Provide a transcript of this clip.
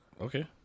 okay